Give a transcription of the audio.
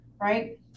right